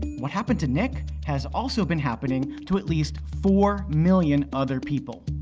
what happened to nick has also been happening to at least four million other people.